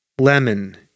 Lemon